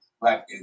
black